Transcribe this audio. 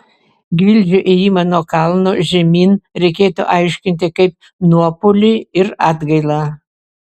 gvildžio ėjimą nuo kalno žemyn reikėtų aiškinti kaip nuopuolį ir atgailą